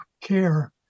care